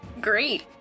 Great